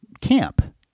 camp